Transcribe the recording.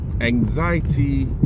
Anxiety